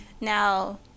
Now